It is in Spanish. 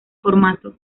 formato